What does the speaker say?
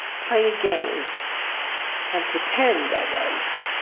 play a game and pretend i was,